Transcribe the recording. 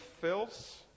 filth